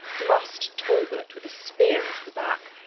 thrust talbot with a speare into the back,